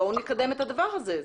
בואו נקדם את הדבר הזה.